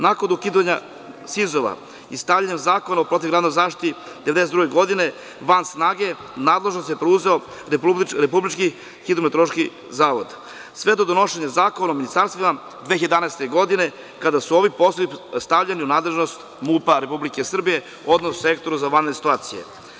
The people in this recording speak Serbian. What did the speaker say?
Nakon ukidanja SIZ-ova i stavljanjem Zakona o protivgradnoj zaštiti 1992. godine van snage, nadležnost je preuzeo RHMZ, sve do donošenja Zakona o ministarstvima 2011. godine, kada su ovi poslovi stavljeni u nadležnost MUP Republike Srbije, odnosno Sektora za vanredne situacije.